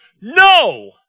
No